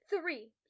Three